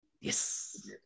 Yes